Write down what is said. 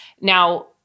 Now